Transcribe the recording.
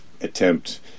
attempt